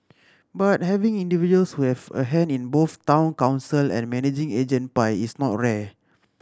but having individuals who have a hand in both Town Council and managing agent pie is not rare